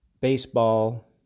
baseball